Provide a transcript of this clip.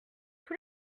tous